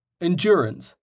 Endurance